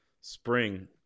spring